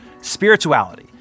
spirituality